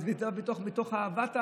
מתוך אהבת הארץ.